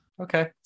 Okay